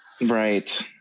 Right